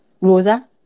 rosa